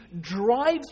drives